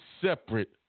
separate